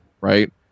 right